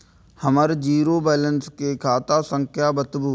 हमर zero balance के खाता संख्या बतबु?